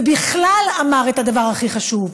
ובכלל אמר את הדבר הכי חשוב: